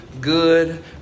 good